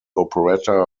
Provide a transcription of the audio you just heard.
operetta